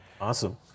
Awesome